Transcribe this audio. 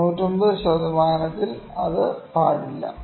99 ശതമാനത്തിൽ അത് പാടില്ല